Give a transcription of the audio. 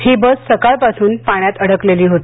ही bus सकाळपासून पाण्यात अडकलेली होती